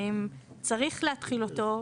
צריך להתחיל אותו.